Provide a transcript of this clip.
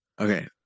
Okay